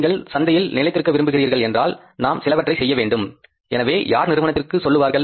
நீங்கள் சந்தையில் நிலைத்திருக்க விரும்புகிறீர்கள் என்றால் நாம் சிலவற்றை செய்ய வேண்டும் எனவே யார் நிறுவனத்திற்கு சொல்லுவார்கள்